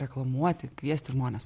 reklamuoti kviesti žmones